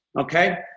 okay